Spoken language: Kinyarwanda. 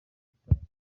gitaramo